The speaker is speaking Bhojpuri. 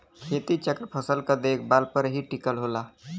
खेती चक्र फसल क देखभाल पर ही टिकल होला